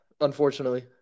unfortunately